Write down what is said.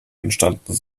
entstanden